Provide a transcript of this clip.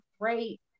great